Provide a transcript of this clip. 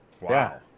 Wow